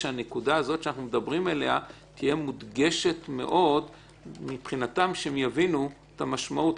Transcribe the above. הזאת שאנחנו מדברים עליה תהיה מודגשת מאוד מבחינתם שיבינו את המשמעות,